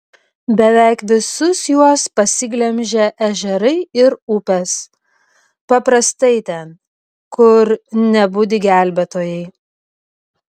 beveik visus juos pasiglemžė ežerai ir upės paprastai ten kur nebudi gelbėtojai